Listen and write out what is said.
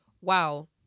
wow